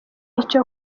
icyo